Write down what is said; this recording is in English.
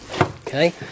okay